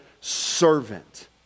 servant